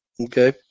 Okay